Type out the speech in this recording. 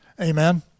Amen